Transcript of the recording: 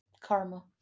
Karma